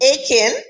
Akin